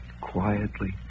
Quietly